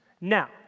Now